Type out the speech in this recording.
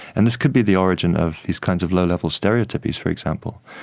and this could be the origin of these kind of low-level stereotypies, for example.